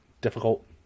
difficult